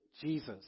Jesus